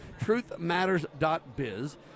TruthMatters.biz